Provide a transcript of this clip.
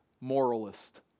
moralist